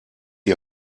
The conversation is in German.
die